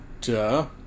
Duh